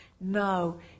No